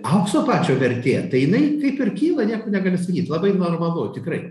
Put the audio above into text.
aukso pačio vertė tai jinai kaip ir kyla nieko negaliu sakyt labai normalu tikrai